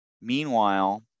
Meanwhile